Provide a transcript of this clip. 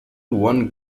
one